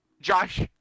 Josh